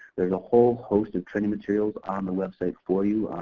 there's a whole host of training materials on the website for you.